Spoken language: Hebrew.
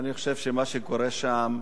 ואני חושב שמה שקורה שם,